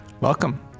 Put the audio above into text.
welcome